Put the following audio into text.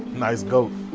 nice goat.